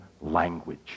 language